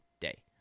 day